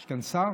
יש כאן שר?